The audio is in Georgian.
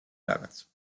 რაღაც